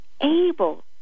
able